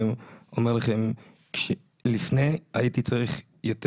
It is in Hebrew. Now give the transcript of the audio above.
אני אומר לכם שלפני כן הייתי צריך את